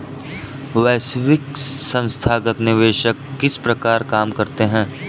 वैश्विक संथागत निवेशक किस प्रकार काम करते हैं?